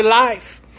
life